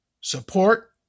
support